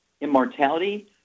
Immortality